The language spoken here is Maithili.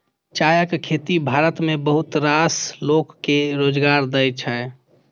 चायक खेती भारत मे बहुत रास लोक कें रोजगार दै छै